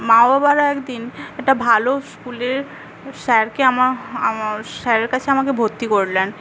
মা বাবারও একদিন একটা ভালো স্কুলের স্যারকে আমা আমার স্যারের কাছে আমাকে ভর্তি করলেন